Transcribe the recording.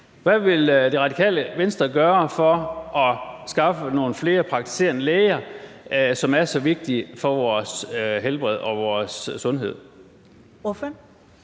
Hvad vil Det Radikale Venstre gøre for at skaffe nogle flere praktiserende læger, som er så vigtige for vores helbred og vores sundhed?